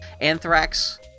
anthrax